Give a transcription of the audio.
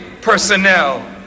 personnel